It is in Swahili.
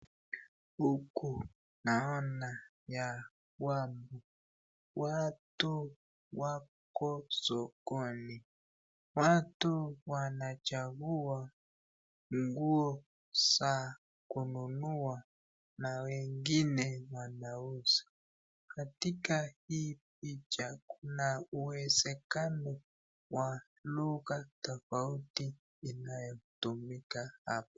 Huku naona ya kwamba watu wako sokoni, watu wanachakua nguo za kununua na wengine wanauza. Katika hii picha Kuna uzewekano ya lugha tafauti inayotumika hapa.